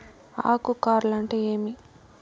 ఆకు కార్ల్ అంటే ఏమి?